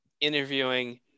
interviewing